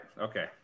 Okay